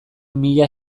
mila